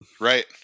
Right